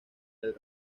del